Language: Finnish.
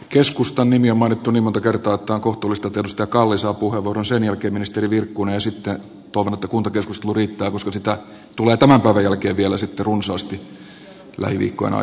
keskustan nimiä on mainittu niin monta kertaa että on kohtuullista että edustaja kalli saa puheenvuoron sen jälkeen ministeri virkkunen ja sitten toivon että kuntakeskustelu riittää koska sitä tulee tämän päivän jälkeen vielä sitten runsaasti lähiviikkojen aikana